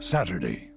Saturday